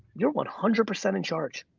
you're one hundred percent in charge.